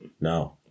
No